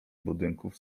budynków